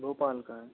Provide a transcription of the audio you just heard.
भोपाल का है